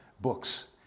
books